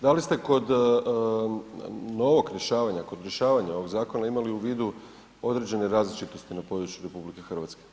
Da li ste kod novog rješavanja, kod rješavanja ovog zakona imali u vidu određene različitosti na području RH?